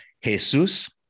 Jesus